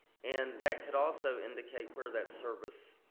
and that could also indicate where that service,